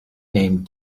named